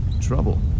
Trouble